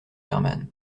herman